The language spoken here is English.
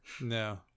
No